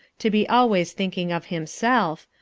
to be always thinking of himself,